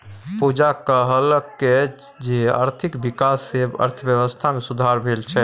पूजा कहलकै जे आर्थिक बिकास सँ अर्थबेबस्था मे सुधार भेल छै